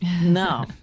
no